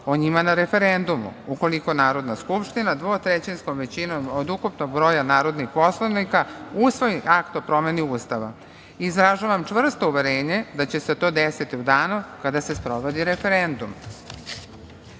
o njima na referendumu, ukoliko Narodna skupština dvotrećinskom većinom od ukupnog broja narodnih poslanika usvoji akt o promeni Ustava. Izražavam čvrsto uverenje da će se to desiti u danu kada se sprovodi referendum. Predloženim